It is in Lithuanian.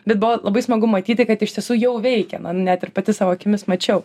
bet buvo labai smagu matyti kad iš tiesų jau veikia man net ir pati savo akimis mačiau